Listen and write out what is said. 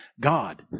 God